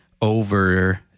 over